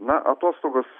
na atostogos